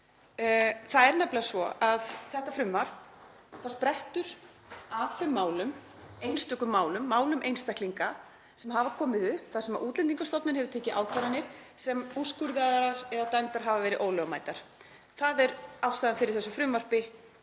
Það er nefnilega svo að frumvarpið sprettur af þeim málum, einstökum málum einstaklinga, sem hafa komið upp þar sem Útlendingastofnun hefur tekið ákvarðanir sem úrskurðaðar eða dæmdar hafa verið ólögmætar. Það er ástæðan fyrir þessu frumvarpi,